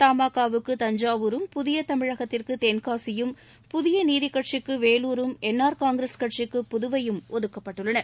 தமாகாவுக்கு தஞ்சாவூரும் புதிய தமிழகத்திற்கு தென்காசியும் புதிய நீதிக் கட்சிக்கு வேலாரும் என் ஆர் காங்கிரஸ் கட்சிக்கு புதுவையும் ஒதுக்கப்பட்டுள்ளன